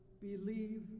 believe